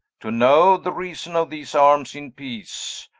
to know the reason of these armes in peace.